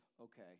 okay